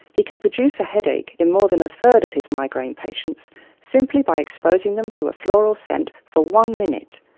he can produce a headache in more than a third of his migraine patients simply by exposing them to a floral scent for one minute.